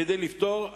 כדי לפתור,